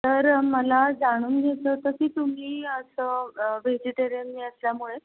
तर मला जाणून घ्यायचं होतं की तुम्ही असं व्हेजिटेरियन मी असल्यामुळे